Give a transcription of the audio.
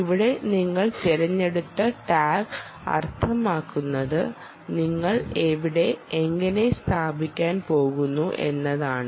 ഇവിടെ നിങ്ങൾ തിരഞ്ഞെടുത്ത ടാഗ് അർത്ഥമാക്കുന്നത് നിങ്ങൾ എവിടെ എങ്ങനെ സ്ഥാപിക്കാൻ പോകുന്നു എന്നാണ്